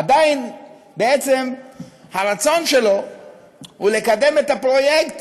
עדיין בעצם הרצון שלו הוא לקדם את הפרויקט